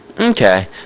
Okay